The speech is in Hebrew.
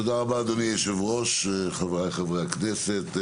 תודה רבה, אדוני היושב ראש, חבריי חברי הכנסת.